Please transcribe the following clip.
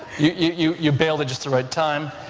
you you bailed at just the right time.